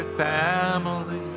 family